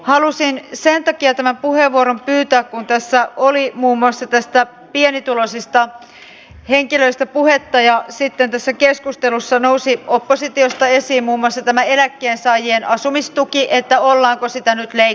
halusin sen takia tämän puheenvuoron pyytää kun tässä oli muun muassa pienituloisista henkilöistä puhetta ja sitten tässä keskustelussa nousi oppositiosta esiin muun muassa tämä eläkkeensaajien asumistuki että ollaanko sitä nyt leikkaamassa